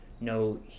No